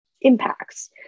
impacts